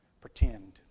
Pretend